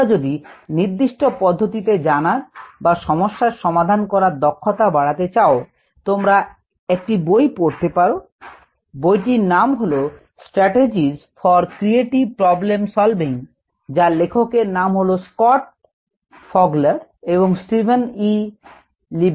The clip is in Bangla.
তোমরা যদি নির্দিষ্ট পদ্ধতিতে জানার বা সমস্যার সমাধান করার দক্ষতা বাড়াতে চাও তোমরা একটি বই পড়তে পারো বইটির নাম হল Strategies for Creative Problem Solving যার লেখকের নাম হলো Scott Fogler এবং Steven E LeBlanc